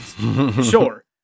sure